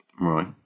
right